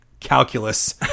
calculus